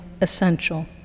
essential